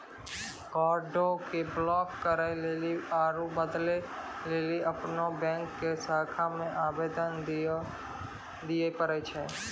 कार्डो के ब्लाक करे लेली आरु बदलै लेली अपनो बैंको के शाखा मे आवेदन दिये पड़ै छै